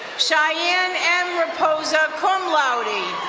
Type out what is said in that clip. cheyenne m. reposa, cum laude.